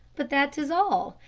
but that is all.